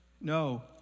no